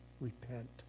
repent